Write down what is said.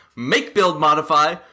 make-build-modify